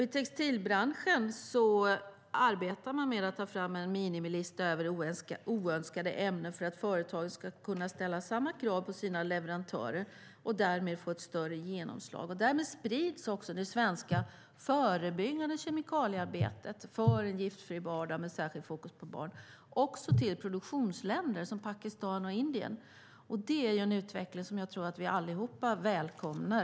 I textilbranschen arbetar man med att ta fram en minimilista över oönskade ämnen för att företag ska kunna ställa samma krav på sina leverantörer och därmed få ett större genomslag. På det sättet sprids det svenska förebyggande kemikaliearbetet för en giftfri vardag med särskilt fokus på barn, även till produktionsländer som Pakistan och Indien. Det är en utveckling som jag tror att vi allihop välkomnar.